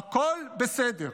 הכול בסדר.